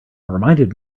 reminded